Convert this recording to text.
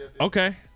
Okay